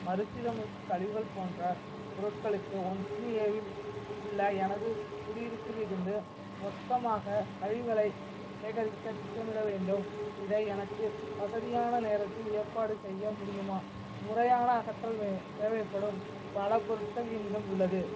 மறுசீரமைப்பு கழிவுகள் போன்ற பொருட்களுக்கு ஒன்னு ஏவில் உள்ள எனது குடியிருப்பில் இருந்து மொத்தமாக கழிவுகளை சேகரிக்கத் திட்டமிட வேண்டும் இதை எனக்கு வசதியான நேரத்தில் ஏற்பாடு செய்ய முடியுமா முறையான அகற்றல் தேவைப்படும் பல பொருட்கள் என்னிடம் உள்ளது